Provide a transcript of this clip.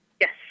Yes